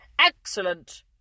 Excellent